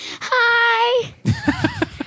hi